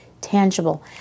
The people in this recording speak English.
tangible